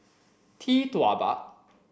Tee Tua Ba